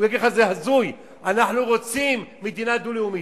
יגידו לכם: זה הזוי, אנחנו רוצים מדינה דו-לאומית.